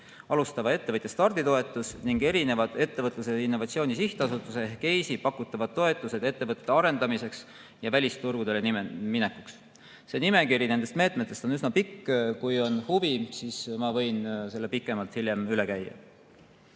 alustava ettevõtja starditoetus ning Ettevõtluse ja Innovatsiooni Sihtasutuse ehk EIS-i pakutavad toetused ettevõtete arendamiseks ja välisturgudele minekuks. Nimekiri nendest meetmetest on üsna pikk. Kui on huvi, siis ma võin selle pikemalt hiljem üle käia.